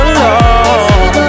alone